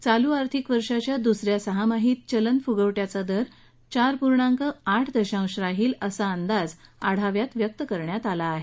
चालू आर्थिक वर्षाच्या दुस या सहामाहीत चलनफुगवट्याचा दर चार पूर्णांक आठ दशांश राहण्याचा अंदाजही आढाव्यात व्यक्त केला आहे